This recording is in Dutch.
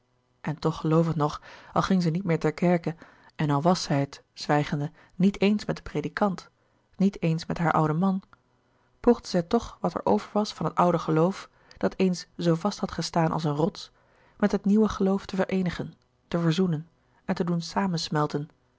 en toch geloovig nog al ging zij niet meer ter kerke en al was zij het zwijgende niet eens met den predikant niet eens met haar ouden man poogde zij toch wat er over was van het oude geloof dat eens zoo vast had gestaan als een rots met het nieuwe geloof te vereenigen te verzoenen en te doen samensmelten